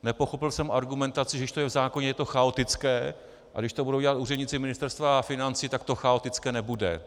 Nepochopil jsem argumentaci, že když je to v zákoně, je to chaotické, a když to budou dělat úředníci Ministerstva financí, tak to chaotické nebude.